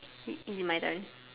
it it my turn